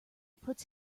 puts